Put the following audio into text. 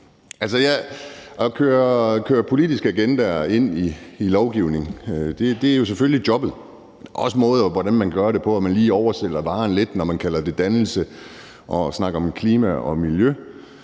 at køre politiske agendaer ind i lovgivning selvfølgelig er jobbet. Men det er også måden, man gør det på, og om man lige oversælger varen lidt, når man kalder det dannelse og snakker om klima og miljø.